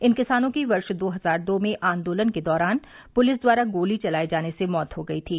इन किसानों की वर्ष दो हजार दो में आंदोलन के दौरान पुलिस द्वारा गोली चलाए जाने से मौत हो गई थी